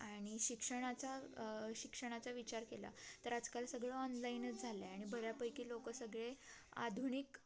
आणि शिक्षणाचा शिक्षणाचा विचार केला तर आजकाल सगळं ऑनलाईनच झालं आहे आणि बऱ्यापैकी लोक सगळे आधुनिक